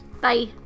Bye